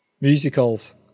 Musicals